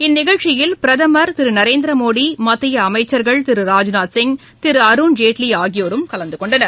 இந்நிகழ்ச்சியில் பிரதமர் திரு நரேந்திரமோடி மத்திய அமைச்சர்கள் திரு ராஜ்நாத் சிங் திரு அருண்ஜேட்லி ஆகியோரும் கலந்து கொண்டனர்